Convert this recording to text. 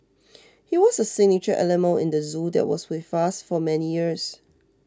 he was a signature animal in the zoo that was with for many years